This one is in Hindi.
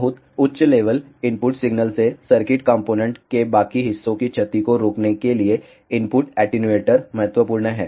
बहुत उच्च लेवल इनपुट सिग्नल से सर्किट कॉम्पोनेन्ट के बाकी हिस्सों की क्षति को रोकने के लिए इनपुट एटेन्यूएटर महत्वपूर्ण है